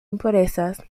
impurezas